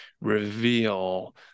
reveal